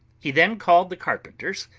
he then called the carpenters,